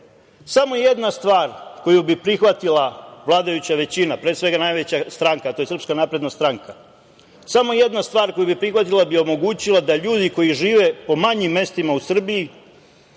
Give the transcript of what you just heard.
Samo jedna stvar koju bi prihvatila vladajuća većina, pre svega najveća stranka, a to je SNS, samo jedna stvar koju bi prihvatila bi omogućila da ljudi koji žive po manjim mestima u Srbiji